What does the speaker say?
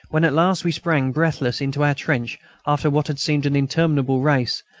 when at last we sprang breathless into our trench after what had seemed an interminable race,